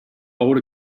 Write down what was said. old